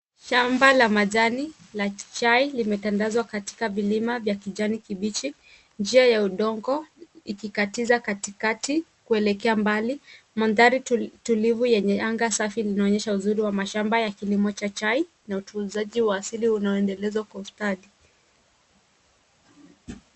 Shamba la majani la chai imetandazwa katika milima za kijani kibichi, njia ya udongo ikikatiza katikati kuelekea mbali. Madhari tulivu yenye anga safi linaonyesha uzuri wa mashamba ya kilimo cha chai, na utunzaji wa asili unaoendelezwa kwa ustadi.